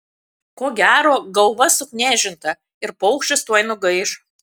ko gero galva suknežinta ir paukštis tuoj nugaiš